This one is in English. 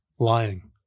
lying